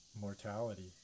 mortality